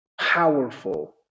powerful